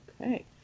okay